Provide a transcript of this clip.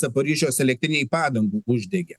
zaporižios elektrinėj padangų uždegė